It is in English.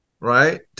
right